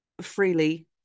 freely